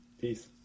peace